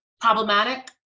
problematic